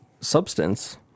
Substance